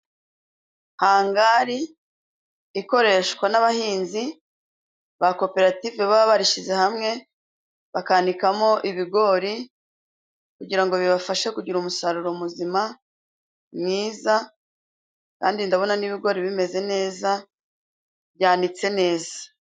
Hangari ikoreshwa n'abahinzi ba koperative, baba barishyize hamwe bakandikamo ibigori, kugira ngo bibashe kugira umusaruro muzima mwiza , kandi ndabona n'ibigori bimeze neza, byanitse neza.